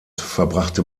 verbrachte